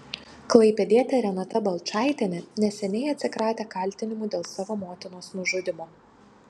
klaipėdietė renata balčaitienė neseniai atsikratė kaltinimų dėl savo motinos nužudymo